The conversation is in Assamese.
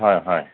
হয় হয়